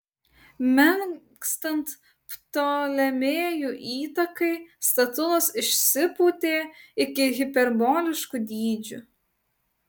menkstant ptolemėjų įtakai statulos išsipūtė iki hiperboliškų dydžių